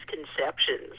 misconceptions